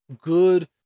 good